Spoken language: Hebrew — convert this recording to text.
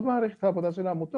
מאוד מתעקש,